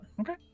Okay